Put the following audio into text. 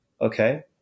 Okay